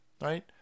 right